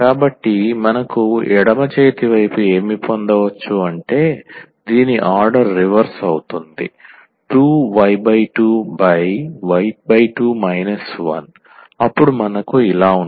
కాబట్టి మనకు ఎడమ చేతి వైపు ఏమి పొందవచ్చు అంటే దీని ఆర్డర్ రివర్స్ అవుతుంది 2v2 v2 1 అప్పుడు మనకు ఇలా ఉంటుంది